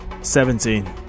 seventeen